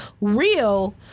real